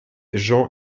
jean